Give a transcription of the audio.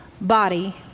body